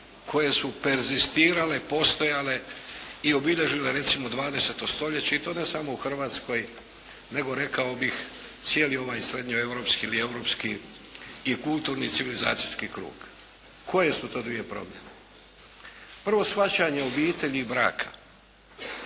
koje su perzistirale, postojale i obilježile recimo 20. stoljeće i to ne samo u Hrvatskoj nego rekao bih cijeli ovaj srednjeeuropski ili europski i kulturni, civilizacijski krug. Koje su to dvije promjene? Prvo shvaćanje obitelji i braka.